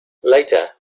later